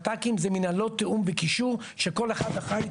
מתקי"ם מינהלות תיאום וקישור שכל אחת אחראית